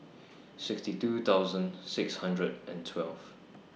sixty two thousand six hundred and twelve